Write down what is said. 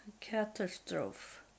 catastrophe